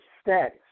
status